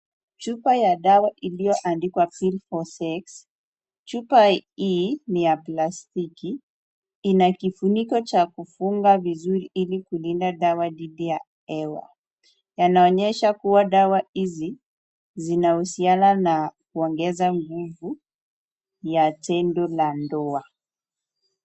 Chupa ya dawa iliyoandikwa Pills for sex . Chupa hii ni ya plastiki. Ina kifuniko cha kufunga vizuri ili kulinda dawa dhidi ya hewa. Yanaonyesha kuwa dawa hizi zinahusiana na kuongeza nguvu ya tendo la ndoa.